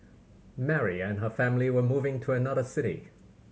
Mary and her family were moving to another city